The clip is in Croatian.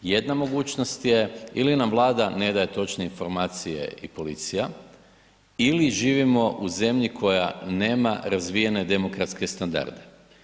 Jedna mogućnost je ili nam Vlada ne daje točne informacija i policija ili živimo u zemlji koja nema razvijene demokratske standarde.